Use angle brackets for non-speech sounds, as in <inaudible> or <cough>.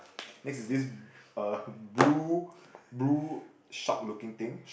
<breath> next this uh blue blue short looking thing